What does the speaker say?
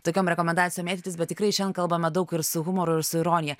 tokiom rekomendacijom mėtytis bet tikrai šiandien kalbame daug ir su humoru ir su ironija